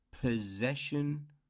possession